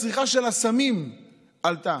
הצריכה של הסמים עלתה.